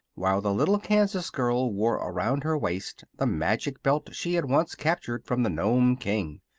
while the little kansas girl wore around her waist the magic belt she had once captured from the nome king.